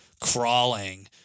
Crawling